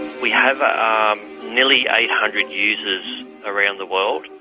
we have um nearly eight hundred users around the world.